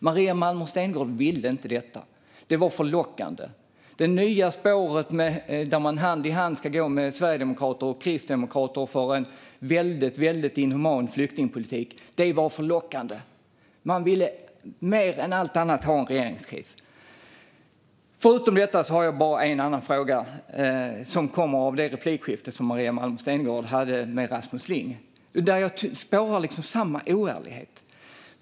Maria Malmer Stenergard ville inte detta. Det nya spåret - att man ska gå hand i hand med sverigedemokrater och kristdemokrater och föra en väldigt inhuman flyktingpolitik - var för lockande. Man ville mer än allt annat ha en regeringskris. Förutom detta har jag bara en fråga. Den kommer av det replikskifte som Maria Malmer Stenergard hade med Rasmus Ling, där jag spårade samma oärlighet.